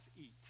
eat